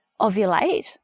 ovulate